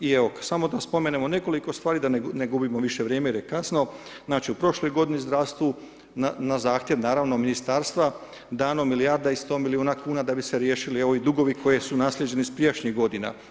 I evo samo da spomenemo nekoliko stvari da ne gubimo više vrijeme jer je kasno, znači u prošloj godini zdravstvu na zahtjev naravno Ministarstva dano milijarda i sto milijuna kuna da bi se riješili ovi dugovi koji su naslijeđeni iz prijašnjih godina.